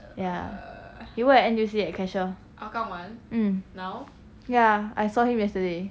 ya he work at N_T_U_C leh cashier mm ya I saw him yesterday